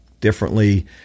differently